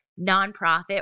nonprofit